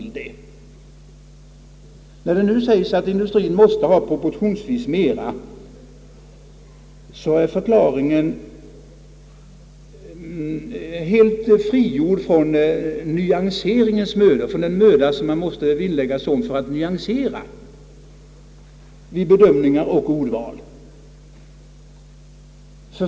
När det nu sägs att industrien måste ha proportionsvis mera, är förklaringen helt frigjord från den möda man måste vinlägga sig om för att nyansera bedömningar och tonfall.